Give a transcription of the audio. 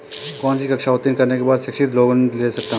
कौनसी कक्षा उत्तीर्ण करने के बाद शिक्षित लोंन ले सकता हूं?